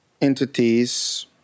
entities